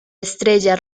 estrella